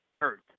Earth